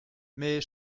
mais